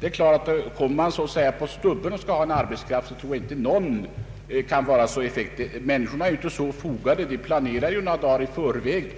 det är klart att om man kommer så att säga på stubben och vill ha en arbetskraft, så tror jag inte det är så lätt. Människorna är inte så funtade. De vill planera några dagar i förväg.